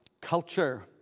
culture